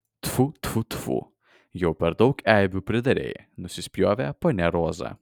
tfiu tfiu tfiu jau per daug eibių pridarei nusispjovė ponia roza